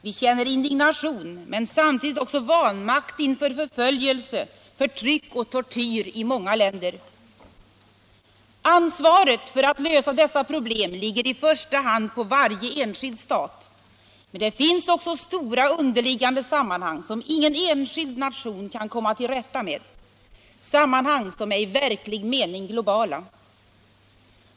Vi känner indignation men samtidigt också vanmakt inför förföljelse, förtryck och tortyr i många länder. Ansvaret för att lösa dessa problem ligger i första hand på varje enskild stat. Men det finns också stora underliggande sammanhang som ingen enskild nation kan komma till rätta med — sammanhang som är i verklig mening globala.